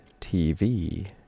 TV